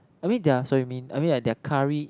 I mean their sorry mean I mean like their curry